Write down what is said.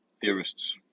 theorists